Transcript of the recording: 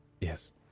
Yes